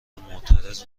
معترض